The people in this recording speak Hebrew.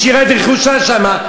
השאירה את רכושה שם,